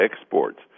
exports